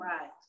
Right